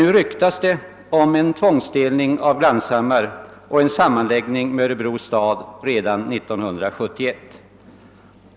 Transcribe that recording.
Nu ryktas det dock om en tvångsdelning av Glanshammar och en sammanläggning med Örebro stad redan 1971.